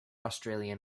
australian